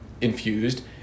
infused